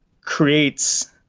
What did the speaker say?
creates